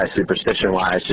superstition-wise